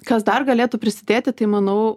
kas dar galėtų prisidėti tai manau